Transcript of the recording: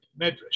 medrash